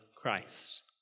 Christ